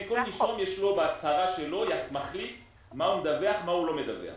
כל נישום מחליט מה הוא מדווח, מה הוא לא מדווח.